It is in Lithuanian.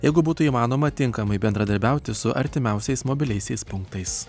jeigu būtų įmanoma tinkamai bendradarbiauti su artimiausiais mobiliaisiais punktais